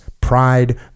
pride